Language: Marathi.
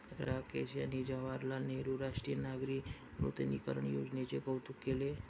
राकेश यांनी जवाहरलाल नेहरू राष्ट्रीय नागरी नूतनीकरण योजनेचे कौतुक केले